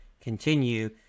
continue